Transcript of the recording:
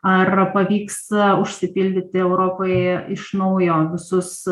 ar pavyksta užsipildyti europai iš naujo visus